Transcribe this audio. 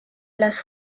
las